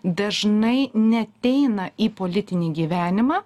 dažnai neateina į politinį gyvenimą